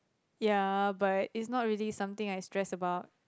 ya but it's not really something I stress about